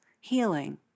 healing